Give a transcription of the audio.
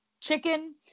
chicken